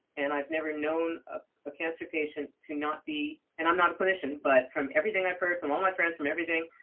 and i've never known ah a cancer patient to not be and i'm not a clinician, but from everything i've heard, from all my friends, from everything.